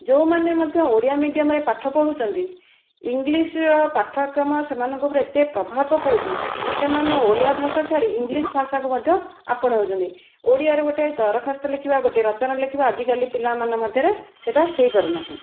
ଯେଉଁମାନେ ମଧ୍ୟ ଓଡ଼ିଆ ମିଡ଼ିଅମରେ ପାଠ ପଢ଼ୁଛନ୍ତି ଇଂଲିଶର ପାଠ୍ୟକ୍ରମ ସେମାନଙ୍କ ଉପରେ ଏତେ ପ୍ରଭାବ ପକାଉଛି ସେମାନେ ଓଡ଼ିଆ ଭାଷା ଛାଡ଼ି ଇଂଲିଶ ଭାଷାକୁ ମଧ୍ୟ ଆପଣାଉଛନ୍ତି ଓଡ଼ିଆରେ ଗୋଟିଏ ଦରଖାସ୍ତ ଲେଖିବା ଗୋଟିଏ ରଚନା ଲେଖିବା ଆଜି କାଲି ପିଲାମାନଙ୍କ ମଧ୍ୟରେ ସେଇଟା ହୋଇପାରୁନାହିଁ